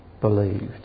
believed